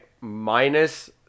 minus